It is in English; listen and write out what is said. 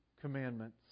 commandments